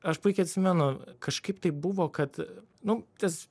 aš puikiai atsimenu kažkaip tai buvo kad nu tas